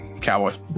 Cowboys